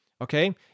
okay